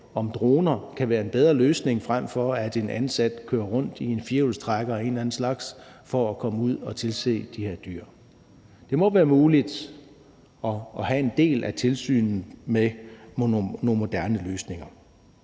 om droner kan være en bedre løsning, frem for at en ansat kører rundt i en firehjulstrækker af en eller anden slags for at komme ud og tilse de her dyr. Det må være muligt at have en del af tilsynet via nogle moderne løsninger.